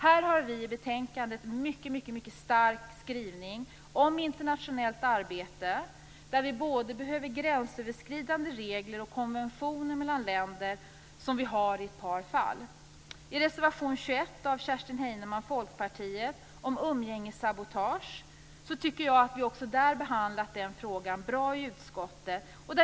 Här har vi i betänkandet en mycket stark skrivning om internationellt arbete, där vi behöver både gränsöverskridande regler och konventioner mellan länder, som vi redan har i ett par fall. om umgängessabotage tycker jag att vi behandlat frågan bra i utskottet.